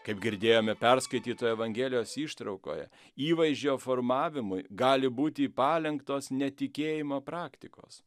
kaip girdėjome perskaitytoj evangelijos ištraukoje įvaizdžio formavimui gali būti palenktos netikėjimo praktikos